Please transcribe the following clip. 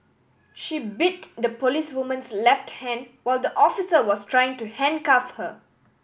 she bit the policewoman's left hand while the officer was trying to handcuff her